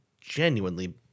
genuinely